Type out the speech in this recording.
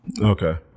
Okay